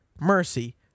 mercy